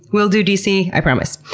will do dc, i promise.